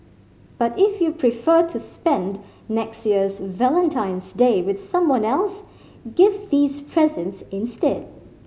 but if you prefer to spend next year's Valentine's Day with someone else give these presents instead